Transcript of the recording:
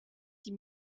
die